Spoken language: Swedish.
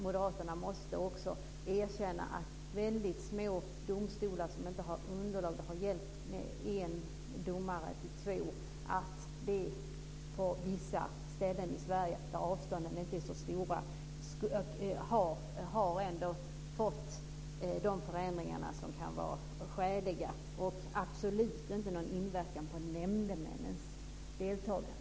Moderaterna måste väl erkänna att väldigt små domstolar som inte har stort underlag - det har gällt en till två domare - på vissa ställen i Sverige där avstånden inte är så stora har fått vidkännas förändringar som kan vara skäliga. Det har absolut ingen inverkan på nämndemännens deltagande.